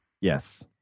Yes